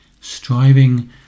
striving